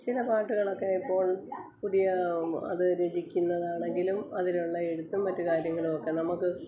ചില പാട്ടുകളൊക്കെ ഇപ്പോൾ പുതിയ അത് രചിക്കുന്നതാണെങ്കിലും അതിലുള്ള എഴുത്തും മറ്റു കാര്യങ്ങളുവൊക്കെ നമുക്ക്